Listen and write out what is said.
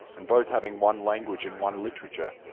and both having one language and one literature,